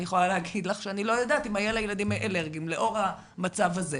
אני יכולה להגיד לך שלאור המצב הזה,